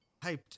hyped